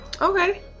Okay